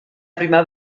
prima